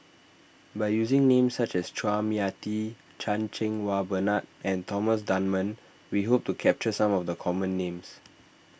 by using names such as Chua Mia Tee Chan Cheng Wah Bernard and Thomas Dunman we hope to capture some of the common names